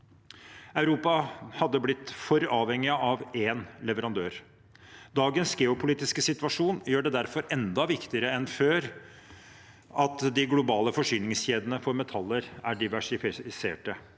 Europa hadde blitt for avhengig av én leverandør. Dagens geopolitiske situasjon gjør det derfor enda viktigere enn før at de globale forsyningskjedene for metaller er diversifiserte,